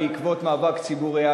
בעקבות מאבק ציבורי,